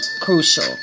crucial